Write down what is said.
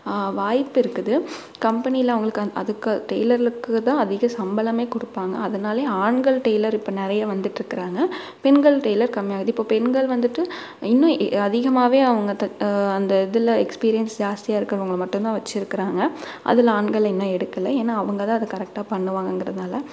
வாய்ப்பு இருக்குது கம்பெனியில அவங்களுக்கு அந்த அதுக்கு டெய்லருக்கு தான் அதிகம் சம்பளமே கொடுப்பாங்க அதனாலையே ஆண்கள் டெய்லர் இப்போ நிறைய வந்துவிட்டு இருக்குறாங்க பெண்கள் டெய்லர் கம்மியாகுது இப்போ பெண்கள் வந்துவிட்டு இன்னும் அதிகமாகவே அவங்க அந்த இதில் எக்ஸ்பீரியன்ஸ் ஜாஸ்த்தியாக இருக்குறவங்களை மட்டும்தான் வச்சுருக்குறாங்க அதில் ஆண்கள் இன்னும் எடுக்கலை ஏன்னா அவங்க தான் அது கரெக்டாக பண்ணுவாங்கங்குறதால